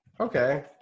Okay